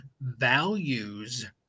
values